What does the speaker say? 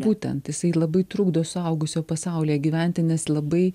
būtent jisai labai trukdo suaugusio pasaulyje gyventi nes labai